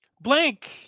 Blank